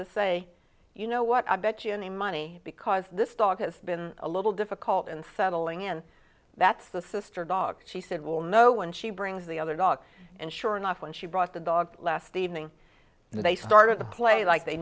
to say you know what i bet you any money because this dog has been a little difficult and settling in that's the sister dog she said will know when she brings the other dog and sure enough when she brought the dog last evening they started to play like they